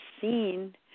seen